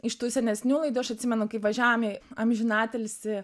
iš tų senesnių laidų aš atsimenu kaip važiavom į amžinatilsį